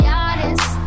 honest